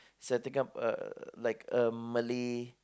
setting up a like a Malay